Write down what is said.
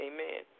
Amen